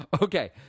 okay